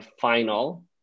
final